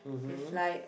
mmhmm